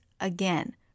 again